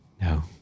no